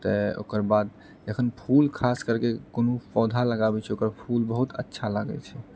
तऽ ओकर बाद एखन फूल खास करके कोनो पौधा लगाबै छै ओकर फूल बहुत अच्छा लागैत छै